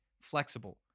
flexible